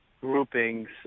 groupings